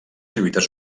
lluites